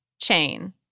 chain